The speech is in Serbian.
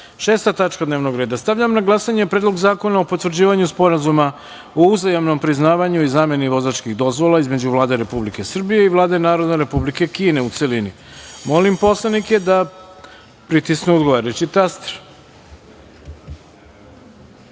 tačka dnevnog reda. Stavljam na glasanje Predlog zakona o potvrđivanju Sporazuma o uzajamnom priznavanju i zameni vozačkih dozvola između Vlade Republike Srbije i Vlade Narodne Republike Kine, u celini. Molim narodne poslanike da pritisnu odgovarajući